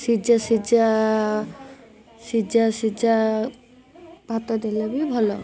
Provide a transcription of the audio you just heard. ସିଝା ସିଜା ସିଝା ସିଝା ଭାତ ଦେଲେ ବି ଭଲ